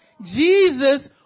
Jesus